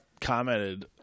commented